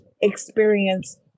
experience